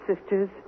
sisters